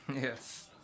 Yes